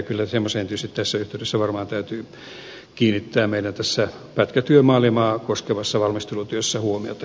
kyllä semmoiseen tässä yhteydessä varmasti täytyy kiinnittää meidän tässä pätkätyömaailmaa koskevassa valmistelutyössä huomiota